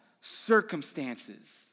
circumstances